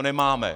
Nemáme!